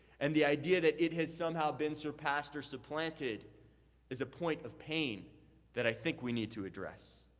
and the idea that it has somehow been surpassed or supplanted is a point of pain that i think we need to address.